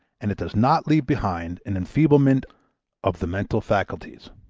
and it does not leave behind an enfeeblement of the mental faculties.